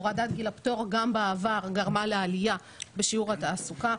הורדת גיל הפטור גם בעבר גרמה לעלייה בשיעור התעסוקה.